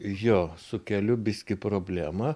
jo su keliu biskį problema